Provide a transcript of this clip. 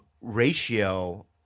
ratio